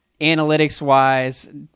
analytics-wise